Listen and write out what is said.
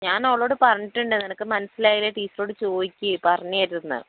ഞാൻ ഓളോട് പറഞ്ഞിട്ടുണ്ട് നിനക്ക് മനസ്സിലായില്ലെങ്കിൽ ടീച്ചറോട് ചോദിക്ക് പറഞ്ഞുതരും എന്ന്